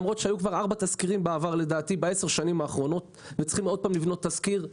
למרות שהיו 4 תזכירים ב-10 השנים האחרונות וצריכים עוד פעם לבנות תזכיר,